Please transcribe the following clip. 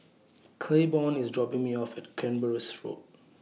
Claiborne IS dropping Me off At Canberra Road